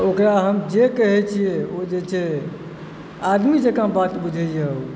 ओकरा हम जे कहैत छियै ओ जे छै आदमी जकाँ बात बुझैए ओ